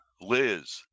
Liz